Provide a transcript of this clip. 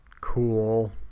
cool